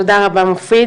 תודה רבה, מופיד.